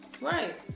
Right